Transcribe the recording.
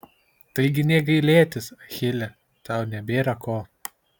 taigi nė gailėtis achile tau nebėra ko